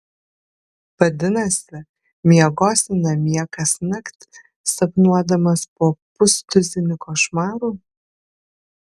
vadinasi miegosi namie kasnakt sapnuodamas po pustuzinį košmarų